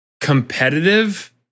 competitive